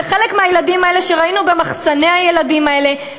וחלק מהילדים האלה שראינו במחסני הילדים האלה,